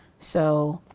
so,